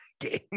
game